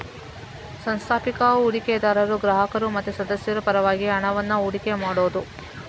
ಸಾಂಸ್ಥಿಕ ಹೂಡಿಕೆದಾರರು ಗ್ರಾಹಕರು ಮತ್ತೆ ಸದಸ್ಯರ ಪರವಾಗಿ ಹಣವನ್ನ ಹೂಡಿಕೆ ಮಾಡುದು